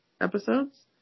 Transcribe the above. episodes